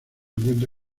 encuentra